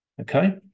okay